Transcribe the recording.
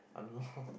I don't know